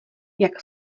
jak